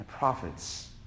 Prophets